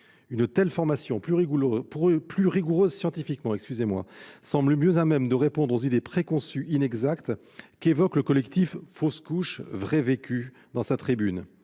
Une telle formation, plus rigoureuse scientifiquement, semble mieux à même de répondre aux idées préconçues inexactes qu'évoque le collectif « Fausse couche, vrai vécu » dans sa tribune.